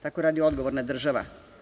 Tako radi odgovorna država.